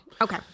Okay